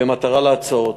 במטרה לעצור אותו.